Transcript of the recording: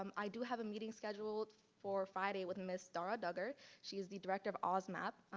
um i do have a meeting scheduled for friday with miss dara duggar, she is the director of oz map.